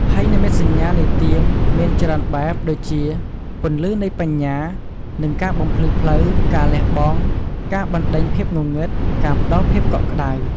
ហើយនិមិត្តសញ្ញានៃទៀន មានច្រើនបែប ដូចជា ពន្លឺនៃបញ្ញា និងការបំភ្លឺផ្លូវ ការលះបង់ ការបណ្តេញភាពងងឹត ការផ្ដល់ភាពកក់ក្ដៅ។